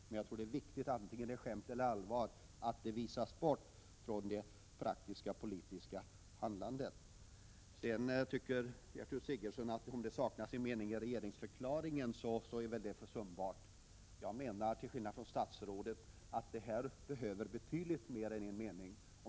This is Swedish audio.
Men oavsett om det är skämt eller allvar, är det viktigt att dessa delar visas bort från det praktiska politiska handlandet. Gertrud Sigurdsen säger att det är försumbart om det saknas en mening i regeringsförklaringen. Jag anser däremot att det här behövs betydligt mer än en mening.